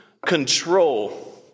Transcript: control